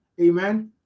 Amen